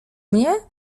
mnie